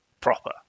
proper